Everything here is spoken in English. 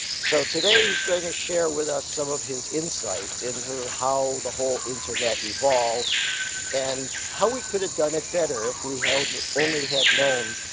so today he's going to share with us some of his insights into how the whole internet evolved and how we could have done it better if we had and only had known